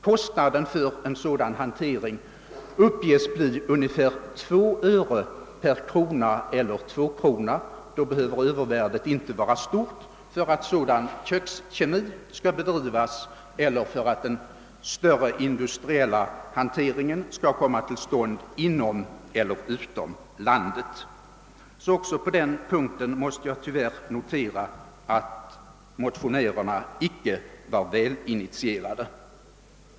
Kostnaden för hanteringen uppges bli ungefär 2 öre per krona eller tvåkrona — då behöver inte övervärdet vara stort för att sådan kökskemi skall bedrivas eller för att den större industriella hanteringen skall komma till stånd inom eller utom landet. — Också på den punkten måste jag alltså notera att motionärerna icke var välinitierade.